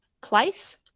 place